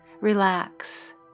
relax